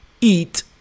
eat